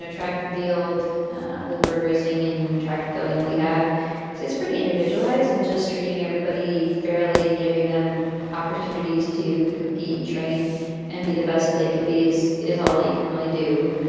track and field with road racing and track and feel like we have it's pretty individualized and just treating everybody fairly and giving them opportunities to compete and train and be the best that they can be, as is all that you can really do.